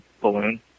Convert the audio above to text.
balloon